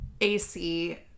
AC